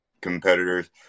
competitors